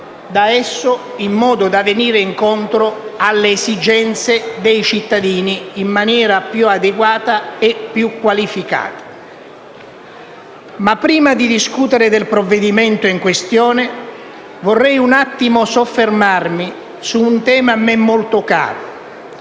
da esso, in modo da venire incontro alle esigenze dei cittadini in maniera più adeguata e più qualificata. Prima di discutere del provvedimento in questione, vorrei soffermarmi su un tema a me molto caro,